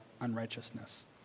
unrighteousness